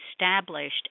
established